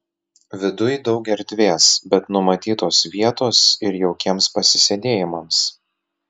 viduj daug erdvės bet numatytos vietos ir jaukiems pasisėdėjimams